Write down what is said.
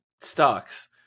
stocks